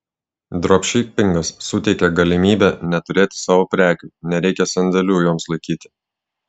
dropšipingas suteikia galimybę neturėti savo prekių nereikia sandėlių joms laikyti